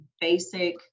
basic